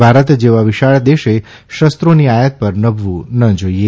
ભારત જેવા વિશાળ દેશે શોની આયાત પર નભવું ન જાઇએ